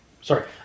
Sorry